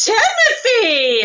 Timothy